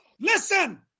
listen